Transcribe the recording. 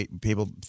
people